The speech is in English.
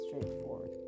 straightforward